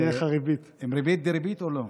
עם ריבית דריבית או לא?